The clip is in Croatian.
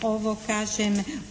to